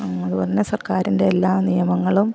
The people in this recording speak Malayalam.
വന്ന സർക്കാരിൻ്റെ എല്ലാ നിയമങ്ങളും